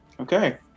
Okay